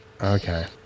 okay